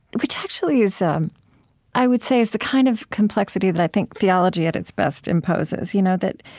which actually is i would say is the kind of complexity that i think theology at its best imposes you know that